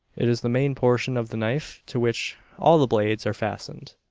it is the main portion of the knife to which all the blades are fastened,